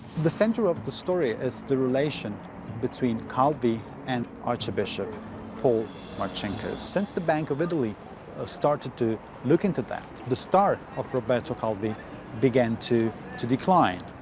the center of the story is the relation between calvi and archbishop paul marcinkus. since the bank of italy started to look into that, the star of roberto calvi began to to decline.